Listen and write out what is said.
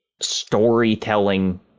storytelling